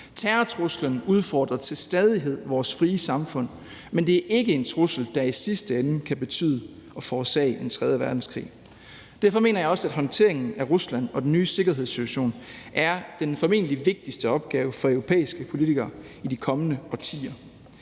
Terrortruslen udfordrer til stadighed vores frie samfund, men det er ikke en trussel, der i sidste ende kan betyde og forårsage en tredje verdenskrig. Derfor mener jeg også, at håndteringen af Rusland og den nye sikkerhedssituation er den formentlig vigtigste opgave for europæiske politikere i de kommende årtier.